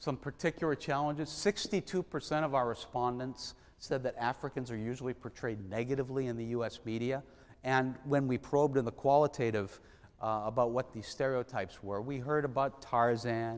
some particular challenges sixty two percent of our respondents said that africans are usually portrayed negatively in the u s media and when we probed in the qualitative about what these stereotypes where we heard about tarzan